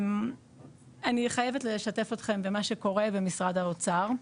אני חייבת לשתף אתכם במה שקורה במשרד האוצר,